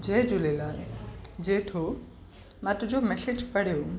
जय झूलेलाल जेठो मां तुंहिंजो मेसैज पढ़ियो